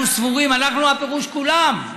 אנחנו סבורים, אנחנו פירושו כולם,